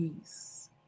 Peace